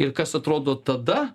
ir kas atrodo tada